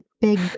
big